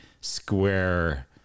square